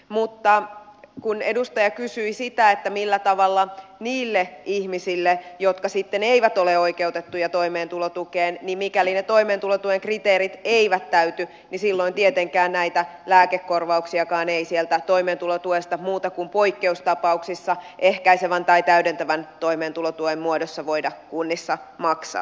mutta kun edustaja kysyi sitä millä tavalla tapahtuu niille ihmisille jotka sitten eivät ole oikeutettuja toimeentulotukeen niin mikäli ne toimeentulotuen kriteerit eivät täyty niin silloin tietenkään näitä lääkekorvauksiakaan ei sieltä toimeentulotuesta muuten kuin poikkeustapauksissa ehkäisevän tai täydentävän toimeentulotuen muodossa voida kunnissa maksaa